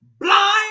blind